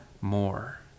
more